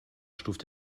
stuft